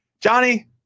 Johnny